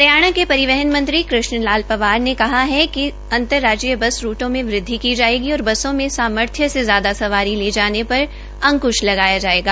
हरियाणा के परिवहन मंत्री कृष्ण लाल पंवार ने कहा है कि अंतर्राजीय बस रूट में वृदवि की जायेगी और बसों में सामर्थ्य से ज्यादा सवारी ले जाने पर अकंश लगाया जायेगा